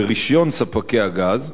ברשיון ספקי הגז,